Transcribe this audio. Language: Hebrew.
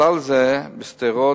ובכלל זה שדרות,